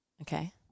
Okay